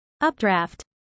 Updraft